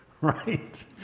right